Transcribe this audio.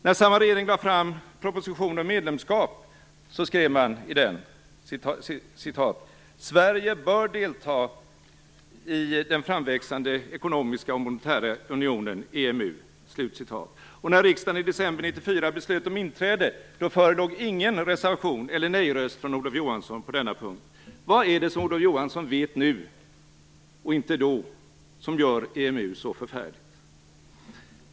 När samma regering lade fram en proposition om medlemskap skrev man att Sverige bör delta i den framväxande ekonomiska och monetära unionen EMU. När riksdagen i december 1994 beslutade om inträde förelåg ingen reservation eller nejröst från Olof Johansson på denna punkt. Vad är det som han vet nu och inte visste då som gör EMU så förfärligt?